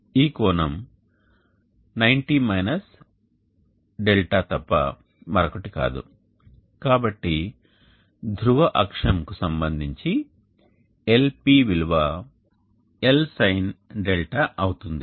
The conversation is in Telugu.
ఈ కోణం 90 δ తప్ప మరొకటి కాదు కాబట్టి ధ్రువ అక్షం కు సంబంధించి LP విలువ Lsinδ అవుతుంది